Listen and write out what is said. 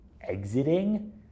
exiting